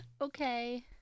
Okay